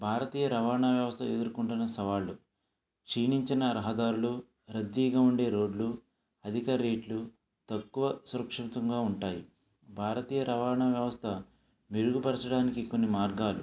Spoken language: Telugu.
భారతీయ రవాణా వ్యవస్థ ఎదుర్కొంటున్న సవాళ్లు క్షీణించిన రహదారులు రద్దీగా ఉండే రోడ్లు అధిక రేట్లు తక్కువ సురక్షితంగా ఉంటాయి భారతీయ రవాణా వ్యవస్థ మెరుగుపరచడానికి కొన్ని మార్గాలు